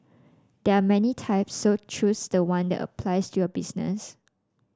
there are many types so choose the one that applies to your business